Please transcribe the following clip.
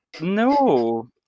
No